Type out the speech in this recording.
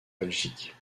belgique